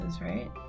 right